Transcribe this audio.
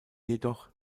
jedoch